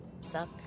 suck